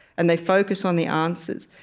and they focus on the answers.